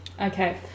Okay